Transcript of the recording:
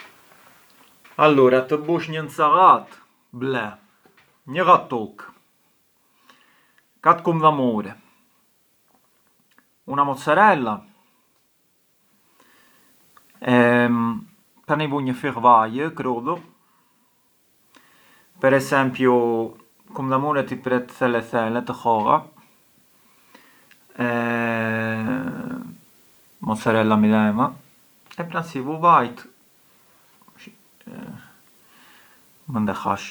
Alura, të bush një ncallat, ble një llatuk, katër kumdhamure, una mozzarella, pran i vu një fill vaj krudhu, per esempiu kumdhamuret i pret thele thele të vogla e a mozzarella midhema, e pran si i vu vajt mënd e hash.